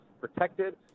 protected